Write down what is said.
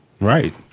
Right